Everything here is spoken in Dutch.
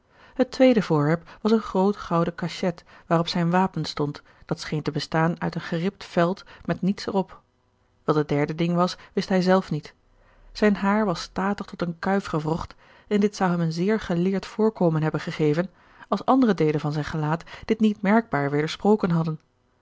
het tweede voorwerp was een groot gouden cachet waarop zijn wapen stond dat scheen te bestaan uit een geribd veld met niets er op wat het derde ding was wist hij zelf niet zijn haar was statig tot eene kuif gewrocht en dit zou hem een zeer geleerd voorkomen hebben gegeven als andere deelen van zijn gelaat dit niet merkbaar wedersproken hadden